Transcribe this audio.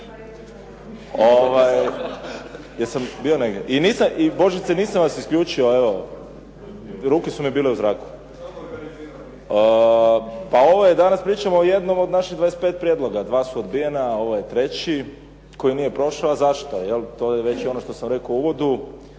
ovo je danas pričamo o jednom od naših 25 prijedloga. Dva su odbijena, ovo je treći koji nije prošao, a zašto,